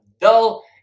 dull